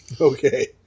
Okay